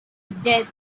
death